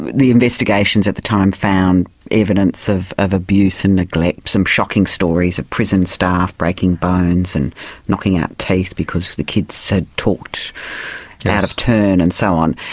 the investigations at the time found evidence of of abuse and neglect, some shocking stories of prison staff breaking bones and knocking out teeth because the kids talked and out of turn and so on.